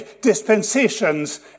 dispensations